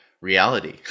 reality